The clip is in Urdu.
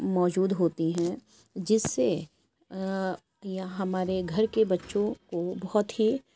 موجود ہوتی ہیں جس سے یہ ہمارے گھر کے بچوں کو بہت ہی